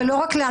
לא רק לנו,